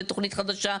לתוכנית חדשה,